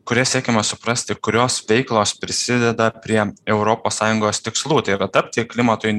kuria siekiama suprasti kurios veiklos prisideda prie europos sąjungos tikslų tai yra tapti klimatui